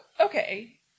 okay